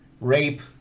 Rape